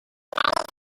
inverted